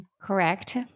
Correct